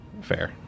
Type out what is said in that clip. Fair